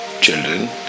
children